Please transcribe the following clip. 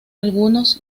algunos